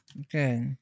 Okay